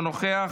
אינו נוכח.